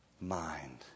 mind